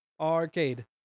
Arcade